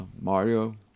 Mario